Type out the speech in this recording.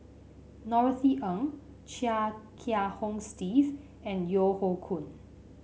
Norothy Ng Chia Kiah Hong Steve and Yeo Hoe Koon